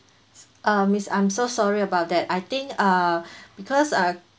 uh miss I'm so sorry about that I think uh because uh